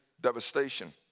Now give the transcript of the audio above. devastation